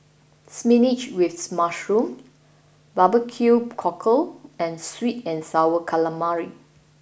Spinach with Mushroom Barbecue Cockle and Sweet and Sour Calamari